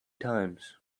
times